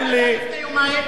איפה הוא היה לפני יומיים?